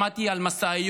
שמעתי על משאיות,